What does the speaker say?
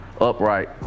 upright